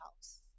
house